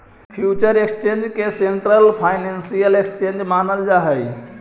future exchange के central financial exchange मानल जा हइ